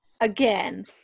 again